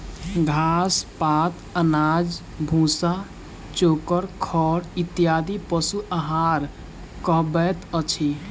घास, पात, अनाज, भुस्सा, चोकर, खड़ इत्यादि पशु आहार कहबैत अछि